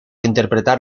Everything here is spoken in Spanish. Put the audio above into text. interpretar